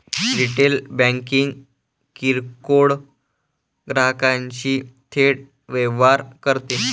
retail banking किरकोळ ग्राहकांशी थेट व्यवहार करते